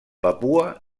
papua